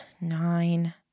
nine